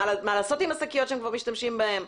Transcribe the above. מה לעשות עם השקיות שהם כבר משתמשים בהן.